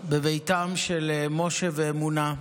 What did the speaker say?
בביתם של משה ואמונה,